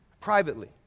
privately